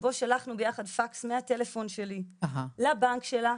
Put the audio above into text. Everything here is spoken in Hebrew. שבו שלחנו ביחד פקס מהטלפון שלי לבנק שלה,